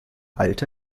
alte